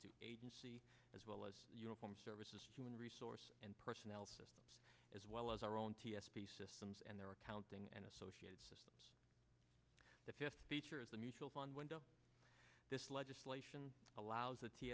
to agency as well as uniform services human resources and personnel system as well as our own t s p systems and their accounting and associated systems the fifth feature is the mutual fund when this legislation allows